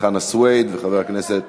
חנא סוייד וחבר הכנסת